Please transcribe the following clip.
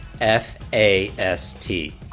F-A-S-T